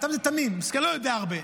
זה תמים, לא יודע הרבה.